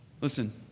Listen